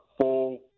full